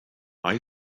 icbm